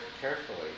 carefully